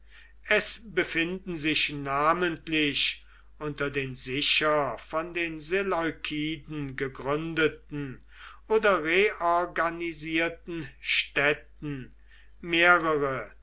es befinden sich namentlich unter den sicher von den seleukiden gegründeten oder reorganisierten städten mehrere